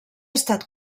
estat